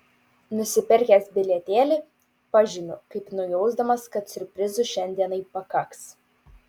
nusipirkęs bilietėlį pažymiu kaip nujausdamas kad siurprizų šiandienai pakaks